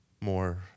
more